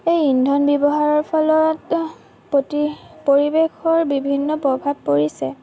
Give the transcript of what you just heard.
এই ইন্ধন ব্যৱহাৰৰ ফলত প্ৰতি পৰিৱেশৰ বিভিন্ন প্ৰভাৱ পৰিছে